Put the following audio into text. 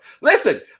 Listen